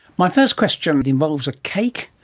my first question but involves a cake,